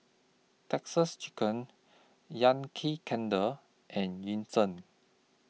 Texas Chicken Yankee Candle and Yishion